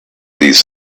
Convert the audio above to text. these